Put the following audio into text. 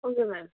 okay ma'am